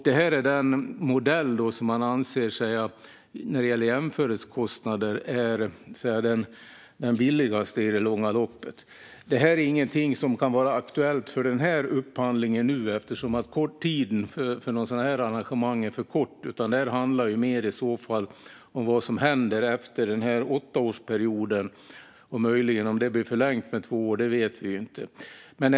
Detta är den modell som man anser är billigast i det långa loppet när det gäller jämförelsekostnader. Det är dock inte aktuellt vid denna upphandling, eftersom tiden för att göra ett sådant arrangemang är för kort. Det handlar i stället mer om vad som händer efter denna åttaårsperiod. Det finns dessutom möjlighet till förlängning med två år, men det vet vi ingenting om.